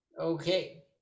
Okay